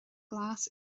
glas